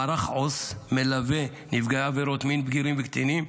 מערך עו"ס המלווה נפגעי עבירות מין בגירים וקטינים,